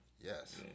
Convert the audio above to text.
Yes